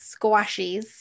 squashies